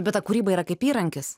bet ta kūryba yra kaip įrankis